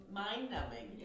mind-numbing